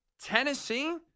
Tennessee